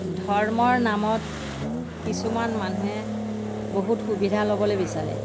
ধৰ্মৰ নামত কিছুমান মানুহে বহুত সুবিধা ল'বলৈ বিচাৰে